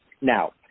now